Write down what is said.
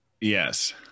Yes